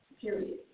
Period